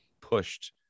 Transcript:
pushed